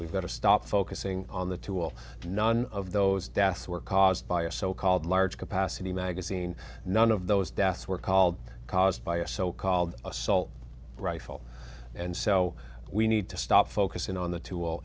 we've got to stop focusing on the tool none of those deaths were caused by a so called large capacity magazine none of those deaths were called caused by a so called assault rifle and so we need to stop focusing on the tool